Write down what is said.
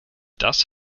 das